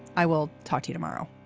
i will talk to you tomorrow